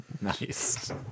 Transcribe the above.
Nice